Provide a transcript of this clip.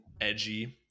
edgy